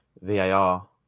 VAR